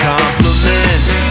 compliments